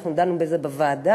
אנחנו דנו בזה בוועדה,